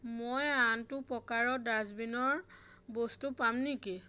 মই আনটো প্ৰকাৰৰ ডাষ্টবিনৰ বস্তু পাম নেকি